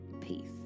Peace